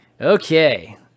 Okay